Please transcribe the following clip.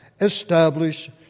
establish